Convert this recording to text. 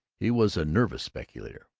he was a nervous speculator.